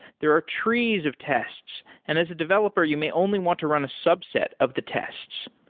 there are trees of tests, and as a developer you may only want to run a subset of the tests.